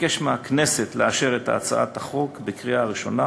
אבקש מהכנסת לאשר את הצעת החוק בקריאה ראשונה